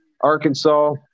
arkansas